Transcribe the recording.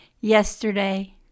yesterday